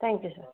thank you sir